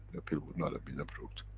appeal would not have been approved.